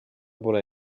pole